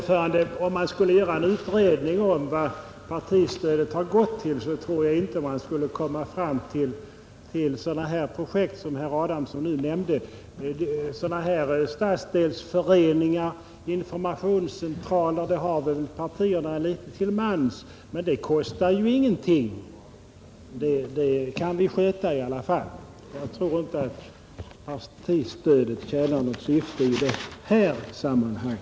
Herr talman! Om man gjorde en utredning om vad partistödet gått till, tror jag inte att man skulle finna att det är till sådana projekt som herr Adamsson nu nämnde, Stadsdelsföreningar som informationscentraler har väl partierna litet till mans. De kostar ingenting. Dem kan vi klara i alla fall. Jag tror inte att partistödet tjänar något syfte i det sammanhanget.